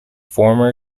former